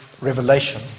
revelation